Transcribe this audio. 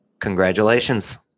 Congratulations